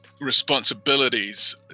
responsibilities